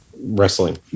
Wrestling